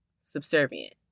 subservient